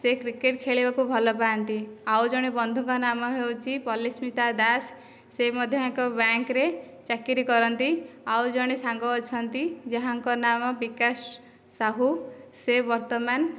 ସେ କ୍ରିକେଟ୍ ଖେଳିବାକୁ ଭଲ ପାଆନ୍ତି ଆଉ ଜଣେ ବନ୍ଧୁଙ୍କ ନାମ ହେଉଛି ପଲିସ୍ମିତା ଦାସ ସେ ମଧ୍ୟ ଏକ ବ୍ୟାଙ୍କ୍ରେ ଚାକିରି କରନ୍ତି ଆଉ ଜଣେ ସାଙ୍ଗ ଅଛନ୍ତି ଯାହାଙ୍କ ନାମ ବିକାଶ ସାହୁ ସେ ବର୍ତ୍ତମାନ